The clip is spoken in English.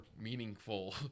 meaningful